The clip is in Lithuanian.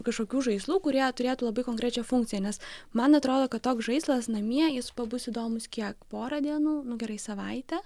kažkokių žaislų kurie turėtų labai konkrečią funkciją nes man atrodo kad toks žaislas namie jis pabus įdomus kiek porą dienų nu gerai savaitę